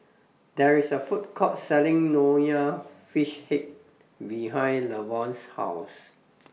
There IS A Food Court Selling Nonya Fish Head behind Lavonne's House